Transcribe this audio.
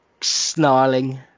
snarling